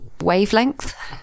wavelength